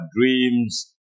dreams